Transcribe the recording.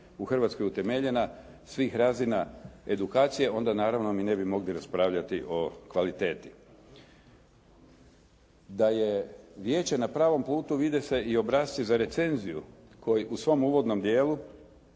u Hrvatskoj utemeljena svih razina edukacije, onda naravno mi ne bi mogli raspravljati o kvaliteti. Da je vijeće na pravom putu vide se i obrasci za recenziju koji u svom uvodnom dijelu,